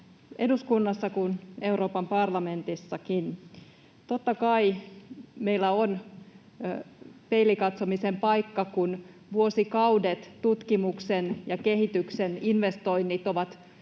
eduskunnassa kuin Euroopan parlamentissakin. Totta kai meillä on peiliin katsomisen paikka, kun vuosikaudet tutkimuksen ja kehityksen investoinnit ovat jääneet